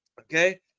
Okay